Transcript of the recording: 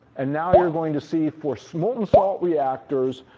and now you're going to see for so molten salt reactors,